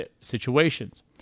situations